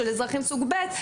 של אזרחים סוג ב'.